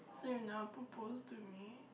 so you don't wanna propose to me